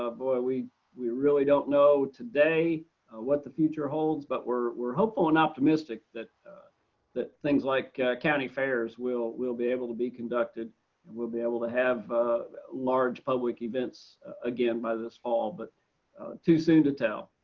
ah boy we we really don't know today what the future holds but we're hopeful and optimistic that that things like county fairs will will be able to be conducted and will be able to have large public events again by this fall but too soon to tell.